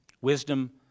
wisdom